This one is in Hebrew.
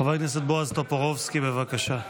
חבר הכנסת בועז טופורובסקי, בבקשה.